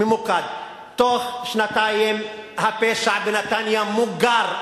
בתוך שנתיים הפשע בנתניה מוגר.